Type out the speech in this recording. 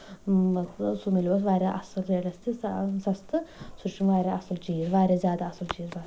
مطلب سُہ مِلیو اَسہِ واریاہ اَصٕل ریٹس تہٕ صاف سَستہٕ سُہ چھُ واریاہ اَصٕل چیٖز واریاہ زیادٕ اَصٕل چیٖز